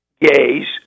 gays